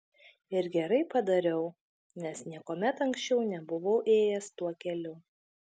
ir gerai padariau nes niekuomet anksčiau nebuvau ėjęs tuo keliu